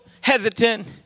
hesitant